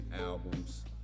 albums